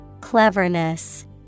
Cleverness